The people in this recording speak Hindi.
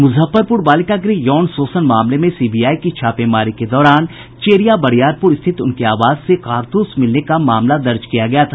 मुजफ्फरपुर बालिका गृह यौन शोषण मामले में सीबीआई की छापेमारी के दौरान चेरियाबरियारपुर स्थित उनके आवास से कारतूस मिलने का मामला दर्ज किया गया था